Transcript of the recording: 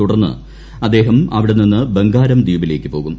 തുടർന്ന് അദ്ദേഹം അവിടെനിന്ന് ബംഗാരം ദ്വീപിലേക്ക് പോകും